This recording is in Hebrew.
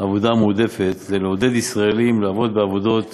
העבודה המועדפת הוא לעודד ישראלים לעבוד בעבודות